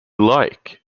like